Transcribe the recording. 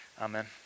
Amen